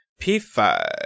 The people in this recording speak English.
P5